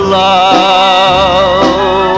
love